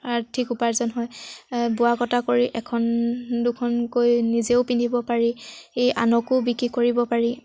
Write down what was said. আৰ্থিক উপাৰ্জন হয় বোৱা কটা কৰি এখন দুখনকৈ নিজেও পিন্ধিব পাৰি আনকো বিক্ৰী কৰিব পাৰি